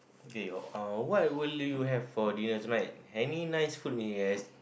K uh what will you have for dinner tonight any nice food you have